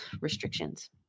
restrictions